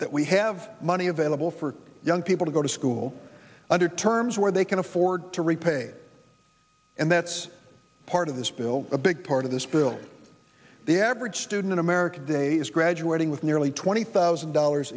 that we have money available for young people to go to school under terms where they can afford to repay and that's part of this bill a big part of this bill the average student in america today is graduating with nearly twenty thousand dollars